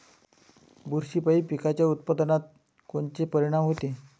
बुरशीपायी पिकाच्या उत्पादनात कोनचे परीनाम होते?